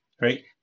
right